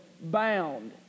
bound